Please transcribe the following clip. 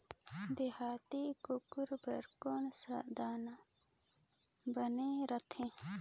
देहाती कुकरी बर कौन सा दाना बने रथे?